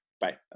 Bye